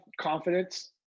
confidence